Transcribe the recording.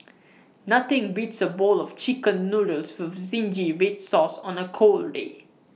nothing beats A bowl of Chicken Noodles with Zingy Red Sauce on A cold day